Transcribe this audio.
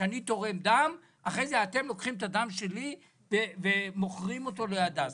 אני תורם דם ואחרי זה אתם לוקחים את הדם שלי ומוכרים אותו להדסה.